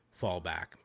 fallback